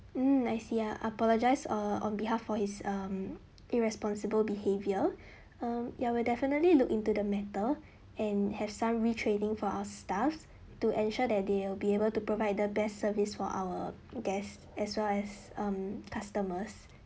mm I see ya I apologise err on behalf for his um irresponsible behavior um ya we'll definitely look into the matter and have some retraining for our staff to ensure that they will be able to provide the best service for our guests as well as um customers